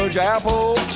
apple